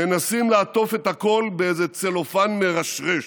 מנסים לעטוף את הכול באיזה צלופן מרשרש.